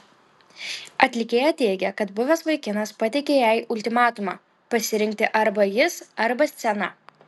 atlikėja teigė kad buvęs vaikinas pateikė jai ultimatumą pasirinkti arba jis arba scena